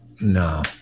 no